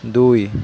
দুই